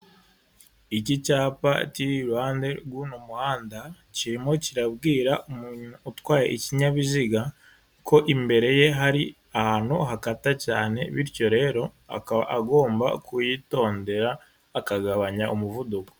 Iki cyapa kiri iruhande rw'uno muhanda, kirimo kirabwira umuntu utwaye ikinyabiziga ko imbere ye hari ahantu hakata cyane, bityo rero akaba agomba kuhitondera akagabanya umuvuduko.